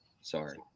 Sorry